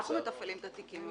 אנחנו מתפעלים את התיקים,